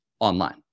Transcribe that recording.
online